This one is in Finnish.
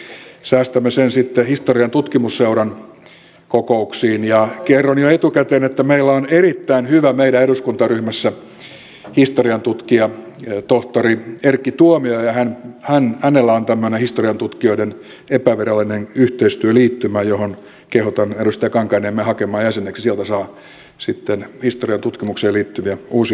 säästämme sen sitten historiantutkimusseuran kokouksiin ja kerron jo etukäteen että meidän eduskuntaryhmässä on erittäin hyvä historiantutkija tohtori erkki tuomioja ja hänellä on tämmöinen historiantutkijoiden epävirallinen yhteistyöliittymä johon kehotan edustaja kankaanniemeä hakemaan jäseneksi sieltä saa sitten historiantutkimukseen liittyviä uusia oivalluksia